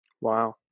Wow